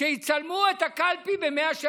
שיצלמו את הקלפי במאה שערים.